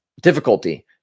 difficulty